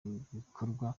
ibikorwa